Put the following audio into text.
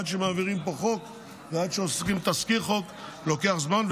עד שמעבירים פה חוק ועד שיוצא תזכיר חוק לוקח זמן,